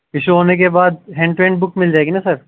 issue ہو نے کے بعد ہینڈ ٹو ہینڈ بک مِل جائے گی نہ سر